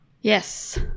Yes